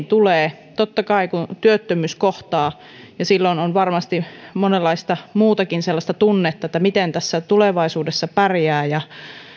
tulee totta kai kun työttömyys kohtaa ja kun on varmasti monenlaista muutakin sellaista tunnetta että miten tässä tulevaisuudessa pärjää ja